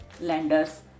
lenders